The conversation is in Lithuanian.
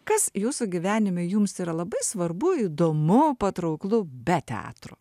kas jūsų gyvenime jums yra labai svarbu įdomu patrauklu be teatro